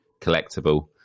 collectible